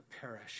perish